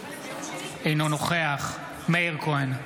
אינו נוכח מאיר כהן,